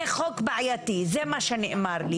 זה חוק בעייתי, זה מה שנאמר לי.